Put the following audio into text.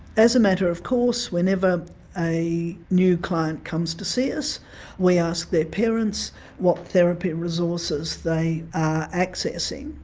as a matter of course, whenever a new client comes to see us we ask their parents what therapy resources they are accessing.